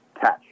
catch